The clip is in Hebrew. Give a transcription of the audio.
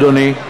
אדוני.